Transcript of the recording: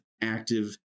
active